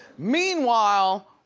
meanwhile,